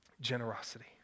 generosity